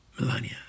Melania